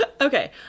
Okay